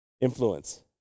Influence